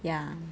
ya